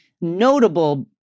notable